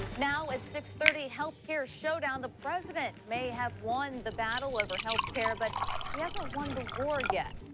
now at six thirty, health care showdown. the president may have won the battle over health care, but he hasn't won the war yet.